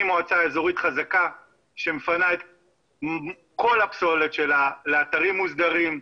אני מועצה אזורית חזקה שמפנה את כל הפסולת שלה לאתרים מוסדרים,